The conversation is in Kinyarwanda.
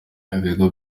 ibigo